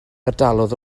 ardaloedd